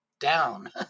down